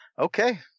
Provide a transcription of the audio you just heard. Okay